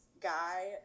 guy